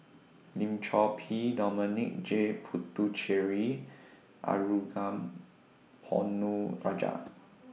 Lim Chor Pee Dominic J Puthucheary Ponnu Rajah